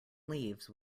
leaves